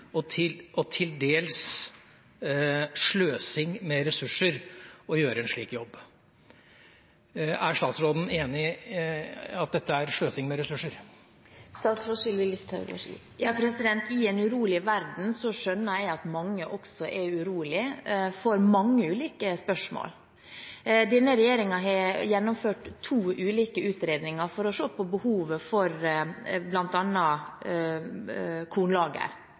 å gjøre en slik jobb. Er statsråden enig i at dette er sløsing med ressurser? I en urolig verden skjønner jeg at mange er urolige for mange ulike spørsmål. Denne regjeringen har gjennomført to ulike utredninger for å se på behovet for bl.a. kornlager